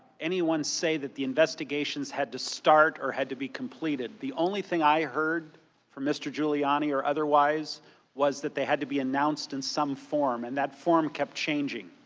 anyone say that the investigations had to start or had to be completed. the only thing i heard from mr. giuliani or otherwise was that they had to be announced in some form, and that form kept changing.